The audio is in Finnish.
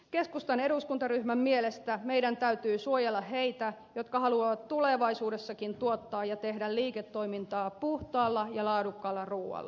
keskustan eduskuntaryhmän mielestä meidän täytyy suojella heitä jotka haluavat tulevaisuudessakin tuottaa ja tehdä liiketoimintaa puhtaalla ja laadukkaalla ruualla